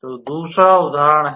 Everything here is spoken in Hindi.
तो दूसरा उदाहरण है